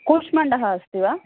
कूष्माण्डः अस्ति वा